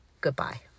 Goodbye